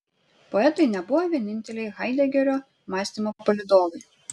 poetai nebuvo vieninteliai haidegerio mąstymo palydovai